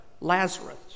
Lazarus